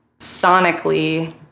sonically